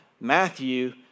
Matthew